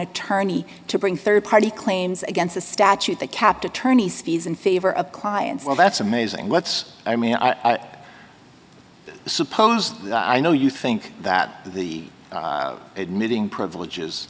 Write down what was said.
attorney to bring rd party claims against a statute that kept attorneys fees in favor of clients well that's amazing what's i mean i suppose that i know you think that the admitting privileges